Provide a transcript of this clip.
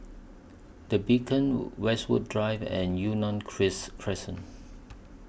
The Beacon Westwood Drive and Yunnan Christ Crescent